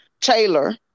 Taylor